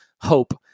hope